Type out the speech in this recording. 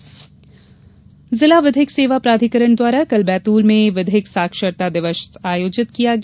साक्षरता शिविर जिला विधिक सेवा प्राधिकरण द्वारा कल बैतूल में विधिक साक्षरता दिवस आयोजित किया गया